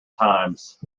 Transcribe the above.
times